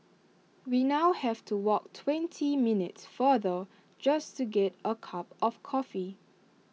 we now have to walk twenty minutes farther just to get A cup of coffee